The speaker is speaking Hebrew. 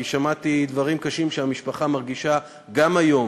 כי שמעתי דברים קשים שהמשפחה מרגישה גם היום,